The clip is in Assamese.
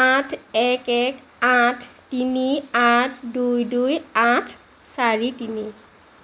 আঠ এক এক আঠ তিনি আঠ দুই দুই আঠ চাৰি তিনি